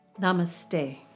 Namaste